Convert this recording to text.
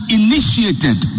initiated